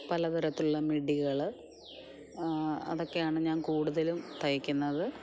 പല തരത്തിലുള്ള മിഡികൾ അതൊക്കെയാണ് ഞാൻ കൂടുതലും തയ്ക്കുന്നത്